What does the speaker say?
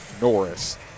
Norris